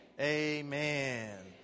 amen